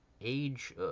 age